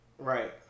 Right